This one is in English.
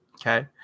Okay